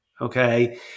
Okay